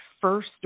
first